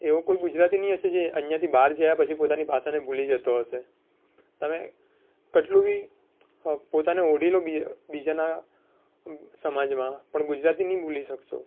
એવો કોઈ ગુજરાતી નહીં હશે જે અહીંયાંથી બહાર જયા પછી પોતાની ભાષાને ભૂલી જતો હશે તમે કેટલું બી પોતાને ઓઢી લો બીજાના સમાજમાં પણ ગુજરાતી ની ભૂલી શકશો